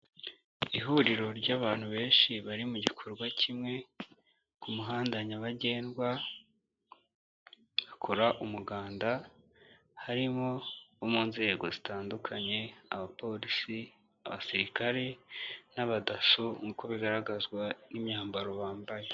Ihuriro ry'abantu benshi bari mu gikorwa kimwe, ku muhanda nyabagendwa bakora umuganda, harimo abo mu nzego zitandukanye, abaporisi, abasirikare, n'abadaso, nk'uko bigaragazwa n'imyambaro bambaye.